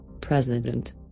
President